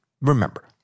remember